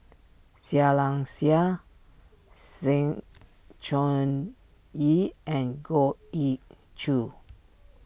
Seah Liang Seah Sng Choon Yee and Goh Ee Choo